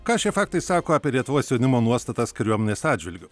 ką šie faktai sako apie lietuvos jaunimo nuostatas kariuomenės atžvilgiu